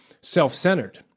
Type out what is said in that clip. self-centered